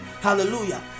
hallelujah